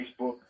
Facebook